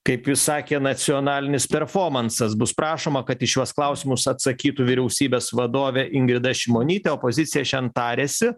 kaip jūs sakė nacionalinis performansas bus prašoma kad į šiuos klausimus atsakytų vyriausybės vadovė ingrida šimonytė opozicija šian tarėsi